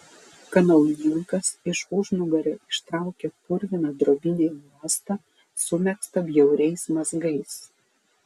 kanauninkas iš užnugario ištraukė purviną drobinę juostą sumegztą bjauriais mazgais